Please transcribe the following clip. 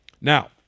Now